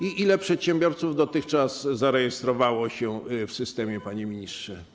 Ilu przedsiębiorców dotychczas zarejestrowało się w systemie, panie ministrze?